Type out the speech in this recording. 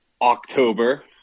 October